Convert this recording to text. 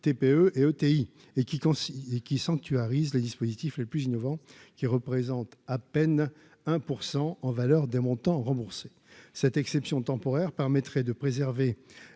ETI et qui, et qui sanctuarise les dispositifs les plus innovants qui représente à peine 1 % en valeur des montants remboursés cette exception temporaire, permettrait de préserver